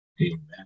amen